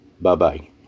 Bye-bye